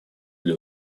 для